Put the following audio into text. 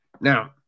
Now